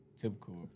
typical